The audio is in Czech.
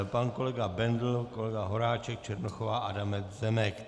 Pan kolega Bendl, kolega Horáček, Černochová, Adamec, Zemek.